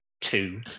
two